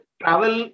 travel